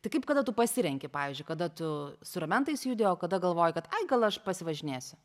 tai kaip kada tu pasirenki pavyzdžiui kada tu su ramentais judi o kada galvoji kad ai gal aš pasivažinėsiu